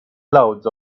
clouds